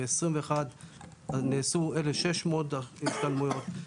ב-2021 נעשו 1,600 השתלמויות.